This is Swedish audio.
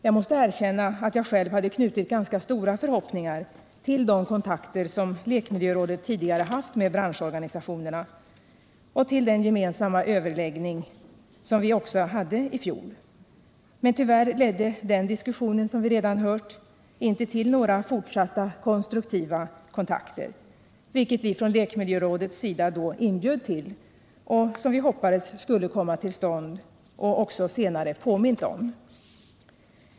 Jag måste erkänna att jag själv hade knutit ganska stora förhoppningar till de kontakter som lekmiljörådet tidigare hade med branschorganisationerna och till den gemensamma överläggning som vi också hade i fjol. Men tyvärr ledde den diskussionen, som vi redan hört, inte till några fortsatta konstruktiva kontakter, vilket vi från lekmiljörådets sida inbjöd till och som vi hoppades skulle komma till stånd. Senare har vi också påmint härom.